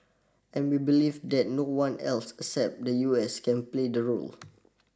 and we believe that no one else except the U S can play the role